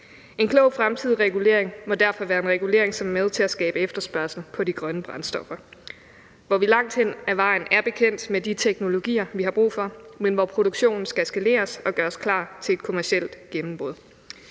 En klog fremtidig regulering må derfor være en regulering, som er med til at skabe efterspørgsel på de grønne brændstoffer, hvor vi langt hen ad vejen er bekendt med de teknologier, vi har brug for, men hvor produktionen skal skaleres og gøres klar til et kommercielt gennembrud.